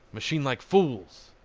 machine-like fools!